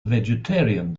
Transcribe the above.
vegetarian